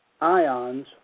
ions